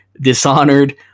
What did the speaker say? Dishonored